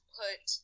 put